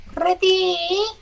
Ready